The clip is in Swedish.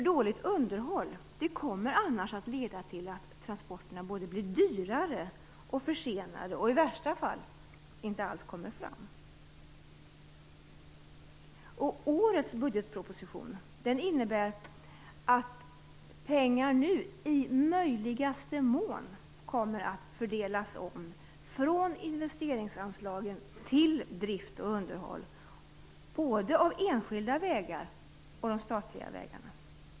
Dåligt underhåll kommer annars att leda till att transporterna blir dyrare, försenade och i värsta fall inte kommer fram alls. Årets budgetproposition innebär att pengar nu i möjligaste mån kommer att fördelas om från investeringar till drift och underhåll när det gäller både enskilda vägar och statliga vägar.